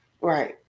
Right